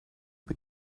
but